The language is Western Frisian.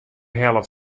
hellet